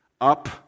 up